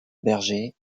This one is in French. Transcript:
berger